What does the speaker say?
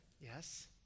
yes